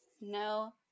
No